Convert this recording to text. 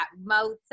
motel